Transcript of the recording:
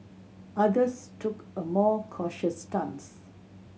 others took a more cautious stance